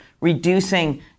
reducing